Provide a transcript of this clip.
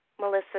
Melissa